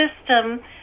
system